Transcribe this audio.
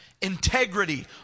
Integrity